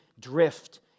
drift